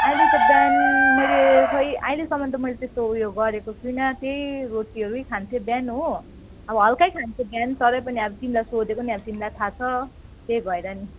अहिले त बिहान मैले खै अहिलेसम्म त मैले त त्यो उयो गरेको छुइनँ त्यही रोटीहरू यही खान्थेँ बिहान हो अब हलकै खान्थेँ बिहान तर पनि अब तिमीलाई सोधेको नि अब तिमीलाई थाह छ त्यही भएर नि